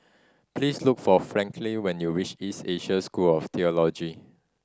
please look for Franklyn when you reach East Asia School of Theology